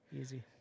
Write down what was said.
Easy